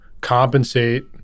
compensate